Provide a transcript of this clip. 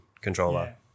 controller